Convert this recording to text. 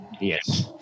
Yes